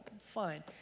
Fine